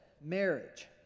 marriage